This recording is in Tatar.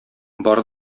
бар